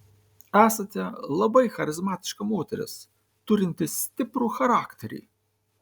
esate labai charizmatiška moteris turinti stiprų charakterį